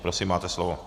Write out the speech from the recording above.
Prosím, máte slovo.